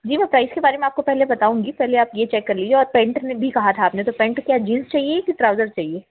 जी वह प्राइस के बारे में आपको पहले बताऊँगी पहले आप यह चेक कर लीजिए और पैंट में भी कहा था आपने तो पैंट क्या जींस चाहिए कि ट्राउज़र चाहिए